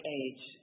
age